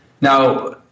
Now